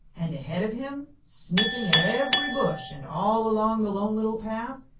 and ahead of him, sniffing at every bush and all along the lone little path,